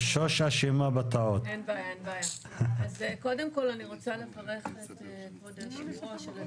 קודם כל אני רוצה לברך את כבוד היו"ר.